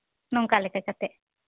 ᱱᱚᱝᱠᱟ ᱞᱮᱠᱟ ᱠᱟᱛᱮᱫ